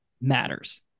matters